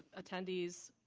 attendees,